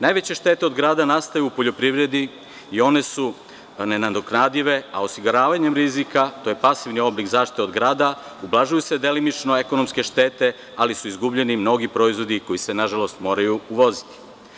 Najveće štete od grada nastaje u poljoprivredi i one su nenadoknadive, a osiguravanjem rizika, to je pasivni oblik zaštite od grada, ublažuju se delimično ekionomske štete, ali su izgubljeni mnogi proizvodi koji se, nažalost, moraju uvoziti.